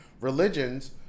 religions